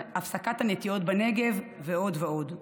הפסקת הנטיעות בנגב ועוד ועוד.